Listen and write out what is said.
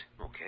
Okay